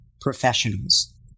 professionals